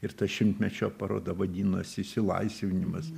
ir ta šimtmečio paroda vadinosi išsilaisvinimas